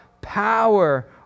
power